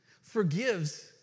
forgives